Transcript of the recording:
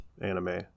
anime